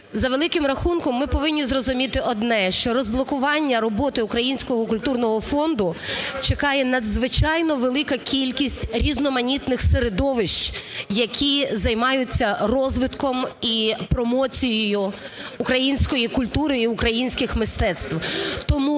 За великим рахунком, ми повинні зрозуміти одне, що розблокування роботи Українського культурного фонду чекає надзвичайно велика кількість різноманітних середовищ, які займаються розвитком і промоцією української культури і українських мистецтв.